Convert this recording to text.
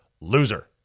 Loser